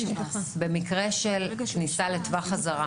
במקרה של כניסה לטווח חזרה,